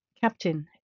Captain